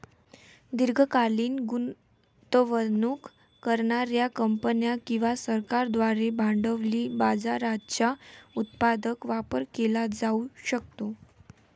दीर्घकालीन गुंतवणूक करणार्या कंपन्या किंवा सरकारांद्वारे भांडवली बाजाराचा उत्पादक वापर केला जाऊ शकतो